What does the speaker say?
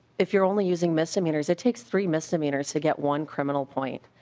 if you're only using misdemeanors it takes three misdemeanors to get one criminal point.